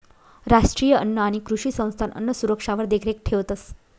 राष्ट्रीय अन्न आणि कृषी संस्था अन्नसुरक्षावर देखरेख ठेवतंस